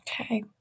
Okay